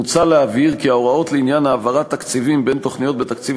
מוצע להבהיר כי ההוראות לעניין העברת תקציבים בין תוכניות בתקציב